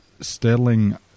sterling